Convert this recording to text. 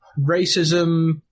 racism